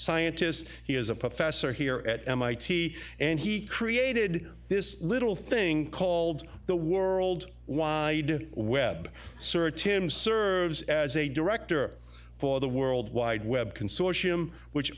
scientist he is a professor here at mit and he created this little thing called the world wide web server tim serves as a director for the world wide web consortium which